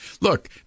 Look